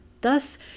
thus